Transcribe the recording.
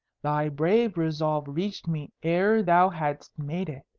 thy brave resolve reached me ere thou hadst made it.